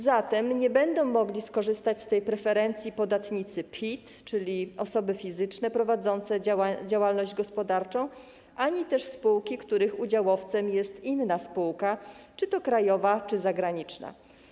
Zatem nie będą mogli skorzystać z tej preferencji podatnicy PIT, czyli osoby fizyczne prowadzące działalność gospodarczą, ani też spółki, których udziałowcem jest inna spółka, czy to krajowa, czy zagraniczna.